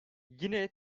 yine